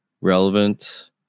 Relevant